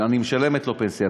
ואני משלמת לו פנסיה,